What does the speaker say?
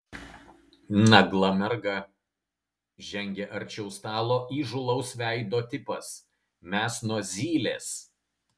nagla merga žengė arčiau stalo įžūlaus veido tipas mes nuo zylės